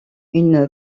une